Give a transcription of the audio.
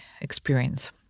experience